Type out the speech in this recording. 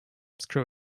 screw